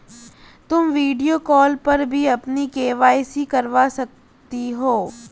तुम video call पर भी अपनी के.वाई.सी करवा सकती हो